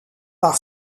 par